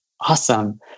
Awesome